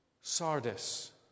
Sardis